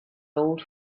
old